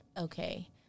okay